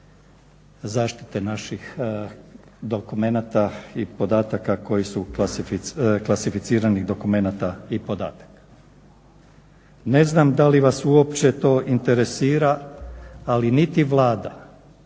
zaštite naših klasificiranih dokumenata i podataka. Ne znam da li vas uopće to interesira, ali niti Vlada,